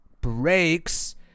breaks